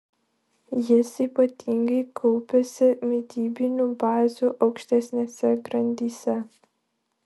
jis ypatingai kaupiasi mitybinių bazių aukštesnėse grandyse